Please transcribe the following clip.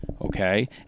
okay